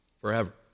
forever